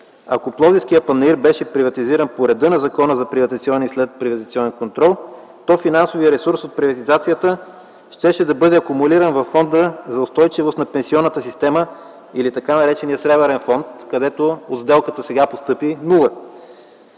Ако Пловдивският панаир беше приватизиран по реда на Закона за приватизация и следприватизационен контрол, то финансовият ресурс от приватизацията щеше да бъде акумулиран във фонда на пенсионната система или така наречения Сребърен фонд, където сега от сделката постъпи нула.